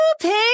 pig